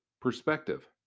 perspective